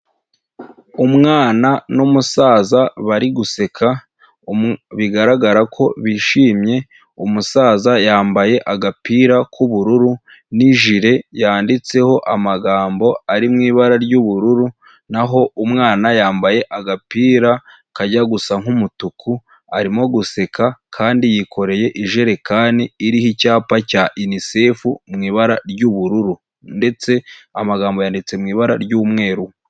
Umwana n'umusaza bari guseka bigaragara ko bishimye, umusaza yambaye agapira k'ubururu n'ijire yanditseho amagambo ari mu ibara ry'ubururu, naho umwana yambaye agapira kajya gusa nk'umutuku, arimo guseka kandi yikoreye ijerekani iriho icyapa cya UNICEF mu ibara ry'ubururu, ndetse amagambo yanditse mu ibara ry'umweru.